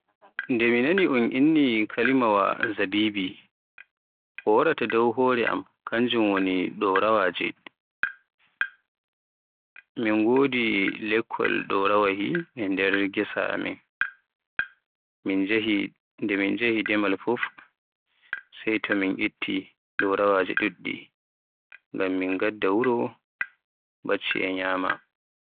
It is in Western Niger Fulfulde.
Nde mi nani un inni kalimawa Zabibi, ko waraata dow hore am kanjum woni Ɗoraawaje. Min godi lekkoli Ɗorawahi e nder gesa amin. Nde min jehi demal fuf, sai to mi itti Ɗoraawaje ɗuɗɗe min ngadda wuro, bacci e ñyama.